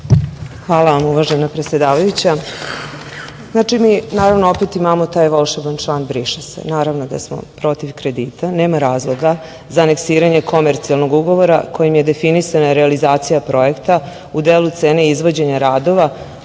Hvala vam, uvažena predsedavajuća. Znači, mi opet imamo taj volšeban član - briše se. Naravno da smo protiv kredita, nema razloga za aneksiranje komercijalnog ugovora kojim je definisana realizacija projekta u delu cene izvođenja radova,